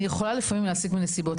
אני יכולה לפעמים להסיק מנסיבות,